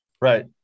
Right